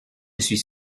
suis